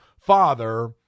father